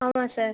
ஆமாம் சார்